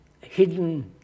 hidden